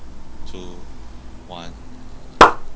two one